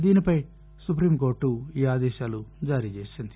దీనిపై supreme court ఈ ఆదేశాలు జారీ చేసింది